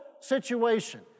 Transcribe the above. situation